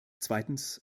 zweitens